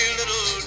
little